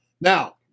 now